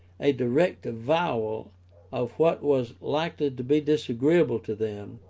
a direct avowal of what was likely to be disagreeable to them,